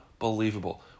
unbelievable